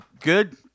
good